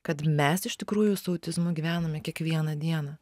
kad mes iš tikrųjų su autizmu gyvename kiekvieną dieną